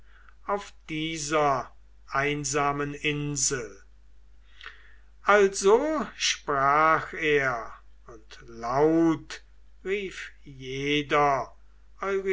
auf dieser einsamen insel also sprach er und laut rief jeder